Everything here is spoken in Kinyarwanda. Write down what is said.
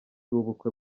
w’ubukwe